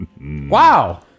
Wow